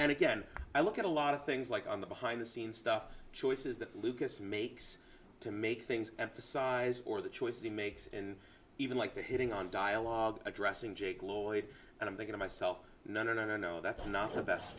and again i look at a lot of things like on the behind the scenes stuff choices that lucas makes to make things emphasize or the choices he makes and even like hitting on dialogue addressing jake lloyd and i'm thinking of myself no no no that's not the best